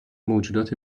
موجودات